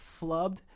flubbed